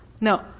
No